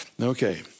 Okay